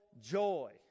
joy